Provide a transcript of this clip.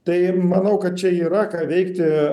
tai manau kad čia yra ką veikti